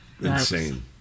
Insane